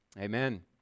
Amen